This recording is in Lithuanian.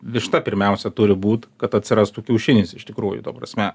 višta pirmiausia turi būt kad atsirastų kiaušinis iš tikrųjų ta prasme